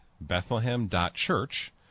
Bethlehem.Church